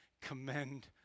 commend